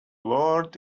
lord